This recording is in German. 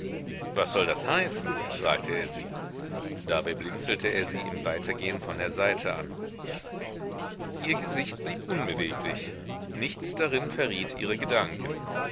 was soll das heißen fragte er sie dabei blinzelte er sie im weitergehen von der seite an ihr gesicht blieb unbeweglich nichts darin verriet ihre gedanken